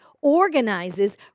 organizes